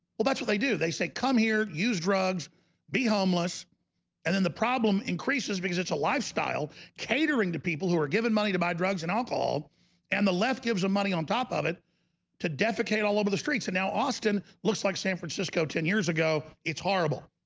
well, that's what they do. they say come here use drugs be homeless and then the problem increases because it's a lifestyle catering to people who are given money to buy drugs and alcohol and the left gives them money on top of it to defecate all over the streets and now austin looks like san francisco ten years ago it's horrible,